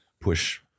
push